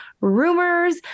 rumors